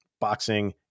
boxing